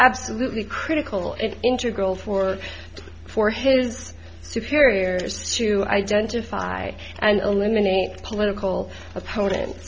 absolutely critical it into a goal for for his superiors to identify and eliminate political opponents